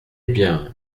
bien